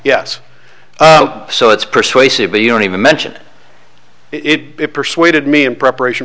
yes so it's persuasive but you don't even mention it it persuaded me in preparation